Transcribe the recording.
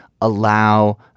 allow